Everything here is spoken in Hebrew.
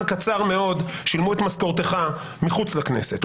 קצר מאוד שילמו את משכורתך מחוץ לכנסת,